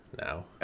now